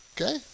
Okay